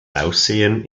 aussehen